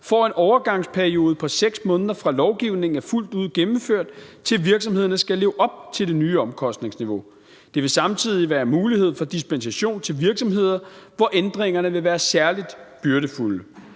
får en overgangsperiode på 6 måneder fra lovgivningen er fuldt ud gennemført, og til at virksomhederne skal leve op til det nye omkostningsniveau. Der vil samtidig være mulighed for dispensation til virksomheder, hvor ændringerne vil være særlig byrdefulde.